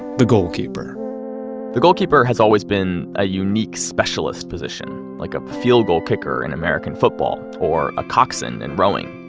the goalkeeper the goalkeeper has always been a unique specialist position, like a field goal kicker in american football or a coxswain in and rowing.